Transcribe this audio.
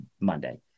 monday